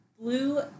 blue